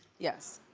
yes.